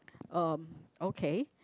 um okay